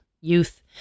youth